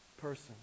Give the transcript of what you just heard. person